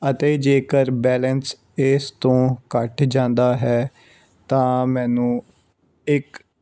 ਅਤੇ ਜੇਕਰ ਬੈਲੇਂਸ ਇਸ ਤੋਂ ਘੱਟ ਜਾਂਦਾ ਹੈ ਤਾਂ ਮੈਨੂੰ ਇੱਕ